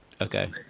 Okay